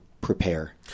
prepare